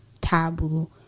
taboo